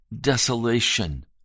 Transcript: desolation